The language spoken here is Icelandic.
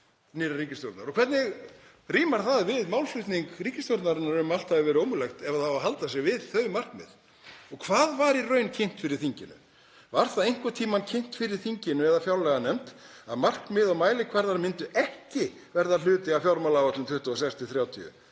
nýrrar ríkisstjórnar? Og hvernig rímar það við málflutning ríkisstjórnarinnar um að allt hafi verið ómögulegt ef það á að halda sig við þau markmið? Og hvað var í raun kynnt fyrir þinginu? Var það einhvern tímann kynnt fyrir þinginu eða fjárlaganefnd að markmið og mælikvarðar myndu ekki verða hluti af fjármálaáætlun 2026–2030?